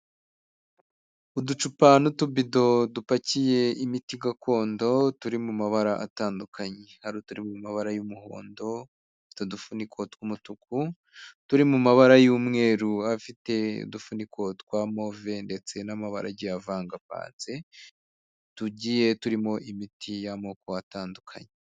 Uducupa n'utubido dupakiye imiti gakondo turi mu mabara atandukanye, hari uturi mu mabara y'umuhondo afite udufuniko tw'umutuku turi mu mabara y'umweru, afite udufuniko twa move ndetse n'amabara agiye avangavanze, tugiye turimo imiti y'amoko atandukanye.